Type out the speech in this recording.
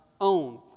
own